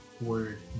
word